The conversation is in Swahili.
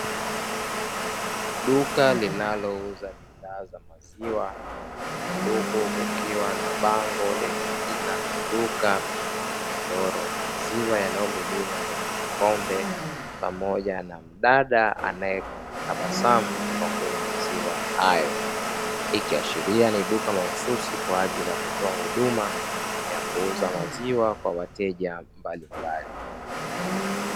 Duka linalouza bidhaa za maziwa huku kukiwa na bango lenye: jina la duka, mchoro wa maziwa yanayomiminwa kwenye kikombe pamoja na mdada anayetabasamu kwa kunywa maziwa hayo; ikiashiria ni duka mahususi kwa ajili ya kutoa huduma ya kuuza maziwa kwa wateja mbalimbali.